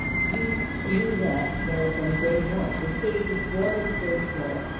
you knew that, though, from day one. this case is brought in state court,